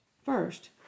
First